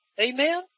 amen